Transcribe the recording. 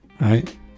Right